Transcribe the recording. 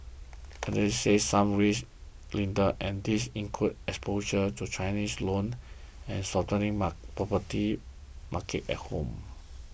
analysts say some risks linger and these include exposure to Chinese loans and a softening property market at home